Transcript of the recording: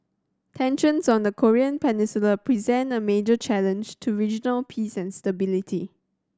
tensions on the Korean Peninsula present a major challenge to regional peace and stability